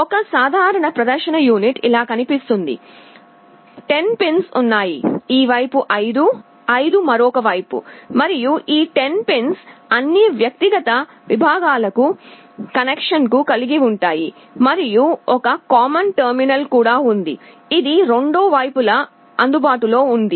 ఒక సాధారణ ప్రదర్శన యూనిట్ ఇలా కనిపిస్తుంది 10 పిన్స్ ఉన్నాయి ఈ వైపు 5 5 మరొక వైపు మరియు ఈ 10 పిన్స్ అన్ని వ్యక్తిగత విభాగాలకు కనెక్షన్లను కలిగి ఉంటాయి మరియు ఒక కామన్ టెర్మినల్ కూడా ఉంది ఇది రెండు వైపులా అందుబాటులో ఉంది